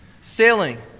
sailing